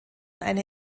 eine